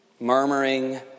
Murmuring